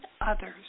others